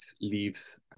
leaves